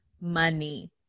Money